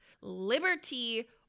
liberty